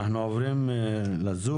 אנחנו עוברים לזום,